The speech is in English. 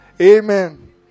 Amen